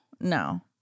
No